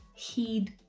he'd,